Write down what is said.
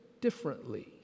differently